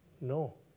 No